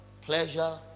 pleasure